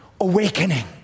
Awakening